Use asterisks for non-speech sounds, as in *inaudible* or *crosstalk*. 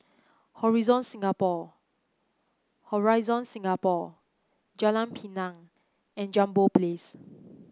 *unintelligible* Singapore Horizon Singapore Jalan Pinang and Jambol Place